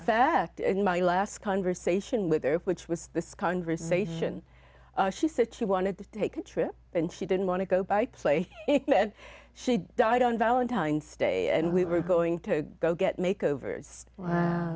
fact in my last conversation with her if which was this conversation she said she wanted to take a trip and she didn't want to go by play and she died on valentine's day and we were going to go get make overs